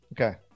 Okay